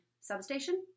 substation